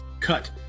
cut